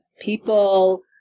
People